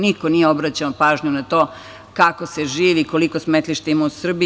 Niko nije obraćao pažnju na to kako se živi i koliko smetlišta ima u Srbiji.